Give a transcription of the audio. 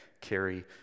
carry